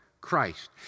Christ